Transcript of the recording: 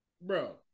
Bro